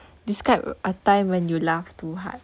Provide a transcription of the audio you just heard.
describe a time when you laugh too hard